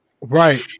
Right